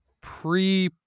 pre